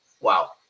Wow